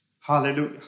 Hallelujah